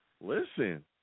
Listen